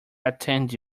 attend